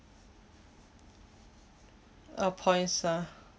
uh points ah